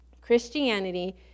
Christianity